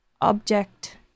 object